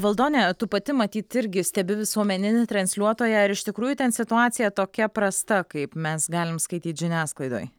valdone tu pati matyt irgi stebi visuomeninį transliuotoją ar iš tikrųjų ten situacija tokia prasta kaip mes galim skaityt žiniasklaidoj